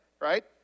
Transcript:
right